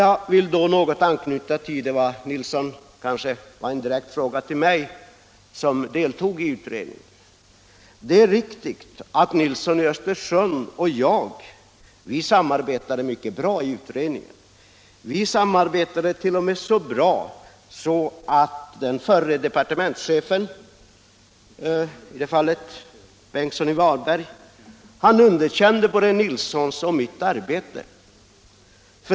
Jag vill något anknyta till vad herr Nilsson i Östersund sade, med kanske en direkt fråga till mig som deltog i utredningen. Det är riktigt att herr Nilsson och jag samarbetade mycket bra i utredningen. Vi samarbetade t.o.m. så bra att den förre departementschefen, herr Ingemund Bengtsson i Varberg, underkände vårt arbete.